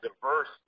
diverse